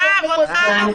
יחד עם זה, גם אנחנו